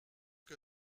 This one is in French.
que